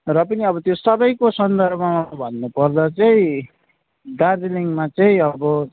र पनि अब त्यो सबैको सन्दर्भमा भन्नुपर्दा चाहिँ दार्जिलिङमा चाहिँ अब